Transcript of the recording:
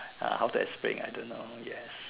ah how to explain I don't know yes